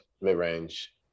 mid-range